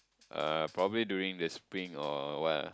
uh probably during the Spring or what ah